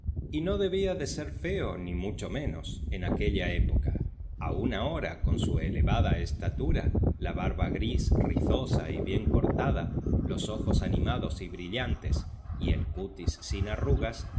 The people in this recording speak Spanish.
y no debía de ser feo ni mucho menos en aquella época aún ahora con su elevada estatura la barba gris rizosa y bien cortada los ojos animados y brillantes y el cutis sin arrugas